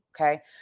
Okay